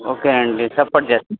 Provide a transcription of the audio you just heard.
okay అండి support చేస్తాం